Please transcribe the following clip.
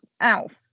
Alf